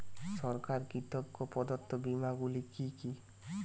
সরকার কর্তৃক প্রদত্ত বিমা গুলি কি কি?